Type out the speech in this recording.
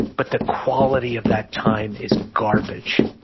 but the quality of that time is garbage.